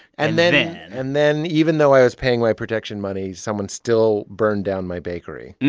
and then and and then even though i was paying my protection money, someone still burned down my bakery.